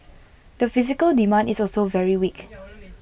the physical demand is also very weak